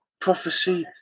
prophecy